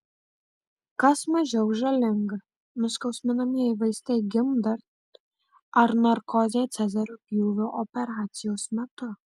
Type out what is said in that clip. kas mažiau žalinga nuskausminamieji vaistai gimdant ar narkozė cezario pjūvio operacijos metu